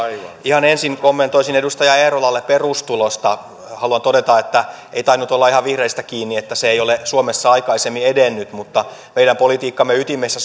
ihan ensin kommentoisin edustaja eerolalle perustulosta haluan todeta että ei tainnut olla ihan vihreistä kiinni että se ei ole suomessa aikaisemmin edennyt mutta meidän politiikkamme ytimessä